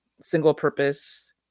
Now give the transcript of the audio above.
single-purpose